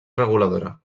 reguladora